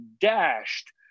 dashed